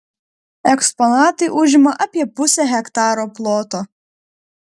eksponatai užima apie pusę hektaro ploto